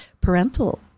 parental